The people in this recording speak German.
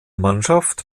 mannschaft